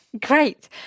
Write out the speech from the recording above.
Great